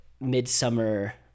Midsummer